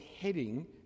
heading